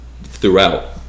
throughout